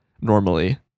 normally